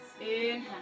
inhale